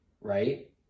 Right